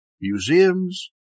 museums